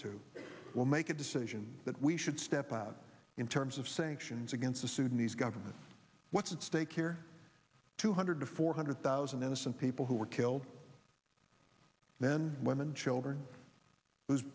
to will make a decision that we should step out in terms of sanctions against the sudanese government what's at stake here two hundred to four hundred thousand innocent people who were killed then women children